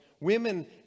Women